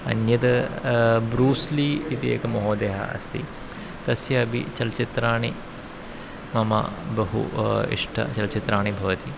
अन्यद् ब्रूस्ली इति एकः महोदयः अस्ति तस्यापि चलच्चित्राणि मम बहु इष्टचलच्चित्राणि भवन्ति